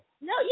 No